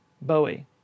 Bowie